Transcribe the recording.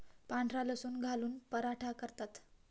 पांढरा लसूण घालून पराठा करतात